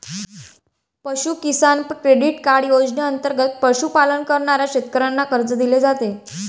पशु किसान credit card योजनेंतर्गत पशुपालन करणाऱ्या शेतकऱ्यांना कर्ज दिले जाते